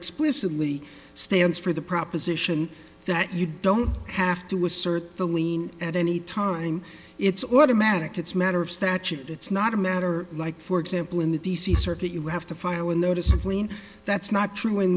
explicitly stands for the proposition that you don't have to assert the lien at any time it's automatic it's matter of statute it's not a matter like for example in the d c circuit you have to file a notice of lien that's not true in